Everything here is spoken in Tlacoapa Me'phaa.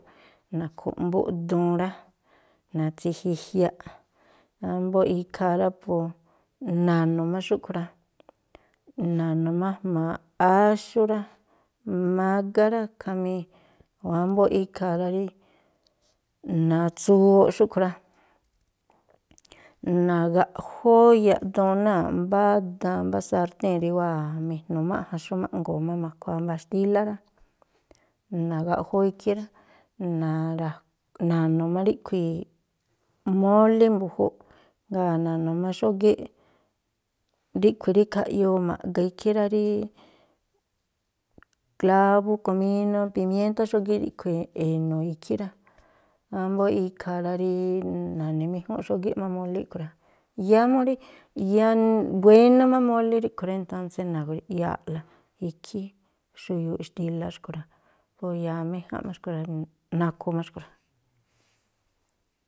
Na̱khu̱ꞌmbúꞌ duun rá, na̱tsijijiaꞌ, wámbóꞌ ikhaa rá po na̱nu̱ má xúꞌkhui̱ rá, na̱nu̱ má jma̱a áxú rá, mágá rá, khamí wámbóꞌ ikhaa rá rí, na̱tsuwooꞌ xúꞌkhui̱ rá, na̱gaꞌjóó yaꞌduun náa̱ꞌ mbá daan, mbá sartíi̱n rí wáa̱ mi̱jnu̱máꞌja̱n xú ma̱ꞌngo̱o̱ má ma̱khuáá mbáá xtílá rá. Na̱gaꞌjóó ikhí rá, na̱ra̱, na̱nu̱ má ríꞌkhui̱ mólí mbu̱júúꞌ, jngáa̱ na̱nu̱ má xógíꞌ ríꞌkhui̱ rí khaꞌyoo ma̱ꞌga ikhí rá, rí klábú, comínú, pimiéntá, xógíꞌ ríꞌkhui̱ e̱nu̱ ikhí rá. Ámbóꞌ ikhaa rá rí na̱ni̱méjúnꞌ xógíꞌ má mólíꞌ a̱ꞌkhui̱ rá, yáá mú rí wénú má mólí ríꞌkhui̱ rá, ntónsé na̱grui̱ꞌyáa̱ꞌla ikhí xuyuuꞌ xtílá xkui̱ rá. Po yáá méjánꞌ má xkui̱ rá, nakhu má xkui̱ rá.